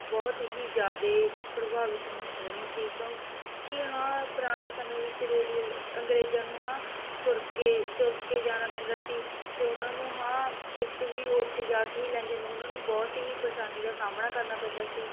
ਬਹੁਤ ਹੀ ਜ਼ਿਆਦਾ ਪ੍ਰਭਾਵਿਤ ਨਹੀਂ ਸੀ ਕਿਉਂਕਿ ਹਾਂ ਪੁਰਾਣੇ ਸਮੇਂ ਵਿੱਚ ਰੇਲਵੇ ਅੰਗਰੇਜ਼ਾਂ ਨੂੰ ਹਾਂ ਤੁਰ ਕੇ ਤੁਰ ਕੇ ਜਾਣਾ ਪੈਂਦਾ ਸੀ ਅਤੇ ਉਹਨਾਂ ਨੂੰ ਹਾਂ ਟਿਕਟ ਵੀ ਉੱਥੇ ਜਾ ਕੇ ਹੀ ਲੈਂਦੇ ਉਹਨਾਂ ਨੂੰ ਬਹੁਤ ਹੀ ਪਰੇਸ਼ਾਨੀ ਦਾ ਸਾਹਮਣਾ ਕਰਨਾ ਪੈਂਦਾ ਸੀ